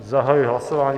Já zahajuji hlasování.